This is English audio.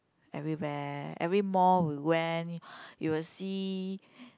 everywhere every mall we went you will see